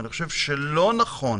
אני חושב שלא נכון